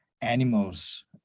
animals